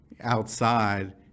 outside